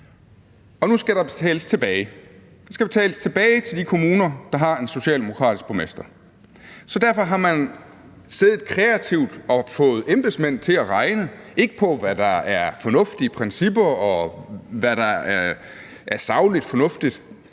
nu skal der betales tilbage. Der skal betales tilbage til de kommuner, der har en socialdemokratisk borgmester. Så derfor har man siddet kreativt og fået embedsmænd til at regne; ikke på, hvad der er fornuftige principper, og hvad der er sagligt fornuftigt,